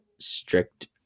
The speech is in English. strict